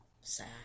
sad